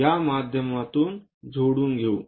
या माध्यमातून जोडून घेऊ